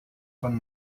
von